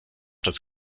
das